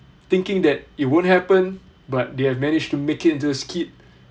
thinking that it won't happen but they have managed to make into a skit